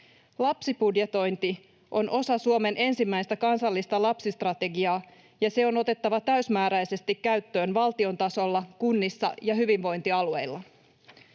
Lapsibudjetointi on osa Suomen ensimmäistä kansallista lapsistrategiaa, ja se on otettava täysimääräisesti käyttöön valtion tasolla, kunnissa ja hyvinvointialueilla.